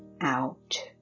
out